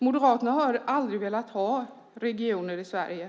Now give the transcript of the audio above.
Moderaterna har aldrig velat ha regioner i Sverige.